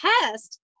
test